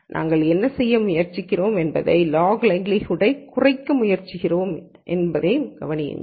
நாங்கள் என்ன செய்ய முயற்சிக்கிறோம் என்பது நான் லாக் லைக்லிக்யூட்டை குறைக்க முயற்சிக்கிறோம் என்பதைக் கவனியுங்கள்